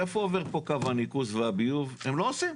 איפה עובר פה קו הניקוז והביוב?' הם לא עושים?